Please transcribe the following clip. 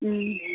ಹ್ಞೂ